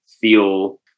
feel